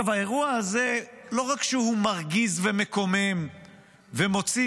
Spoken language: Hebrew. האירוע הזה לא רק שהוא מרגיז ומקומם ומוציא